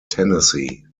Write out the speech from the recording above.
tennessee